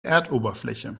erdoberfläche